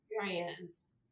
experience